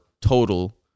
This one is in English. total